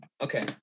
Okay